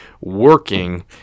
working